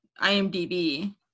IMDb